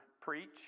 preach